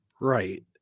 Right